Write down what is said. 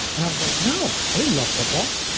and i was like, no, i didn't love football.